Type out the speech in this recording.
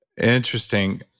Interesting